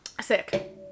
Sick